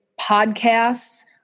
podcasts